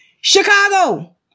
Chicago